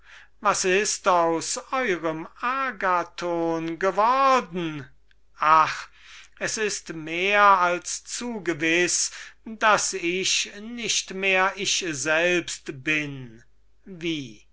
wo ist euer agathon ach es ist mehr als zu gewiß daß ich nicht mehr ich selbst bin wie